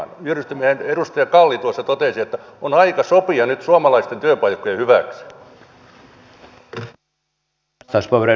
juuri kuten edustaja kalli tuossa totesi on aika sopia nyt suomalaisten työpaikkojen hyväksi